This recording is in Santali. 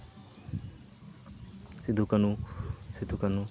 ᱥᱤᱫᱩ ᱠᱟᱹᱱᱦᱩ ᱥᱤᱫᱩ ᱠᱟᱹᱱᱦᱩ